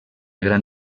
gran